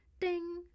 Ding